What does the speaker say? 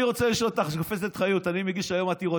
אני רוצה לשאול את השופטת חיות: אני מגיש היום עתירות,